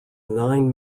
nine